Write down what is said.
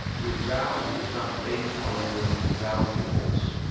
your value is not based on your valuables.